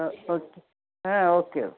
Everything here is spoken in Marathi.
ओके हा ओके ओके